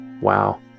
Wow